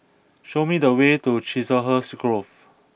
show me the way to Chiselhurst Grove